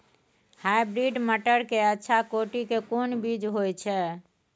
Hybrid मटर के अच्छा कोटि के कोन बीज होय छै?